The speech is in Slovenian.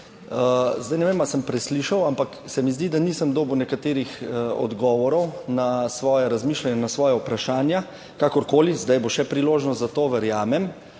Zdaj ne vem ali sem preslišal, ampak se mi zdi, da nisem dobil nekaterih odgovorov na svoja razmišljanja na svoja vprašanja. Kakorkoli, zdaj bo še priložnost za to, verjamem.